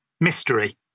mystery